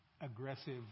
aggressive